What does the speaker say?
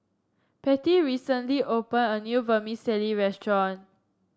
patty recently open a new Vermicelli restaurant